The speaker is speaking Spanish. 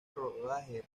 rodaje